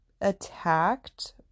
attacked